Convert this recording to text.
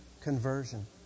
conversion